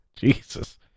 Jesus